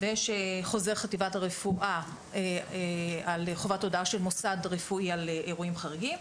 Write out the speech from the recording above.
ויש חוזר חטיבת הרפואה על חובת הודעה של מוסד רפואי על אירועים חריגים,